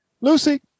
Lucy